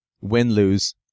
win-lose